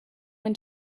when